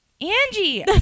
Angie